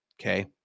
Okay